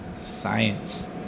science